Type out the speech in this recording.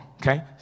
Okay